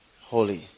holy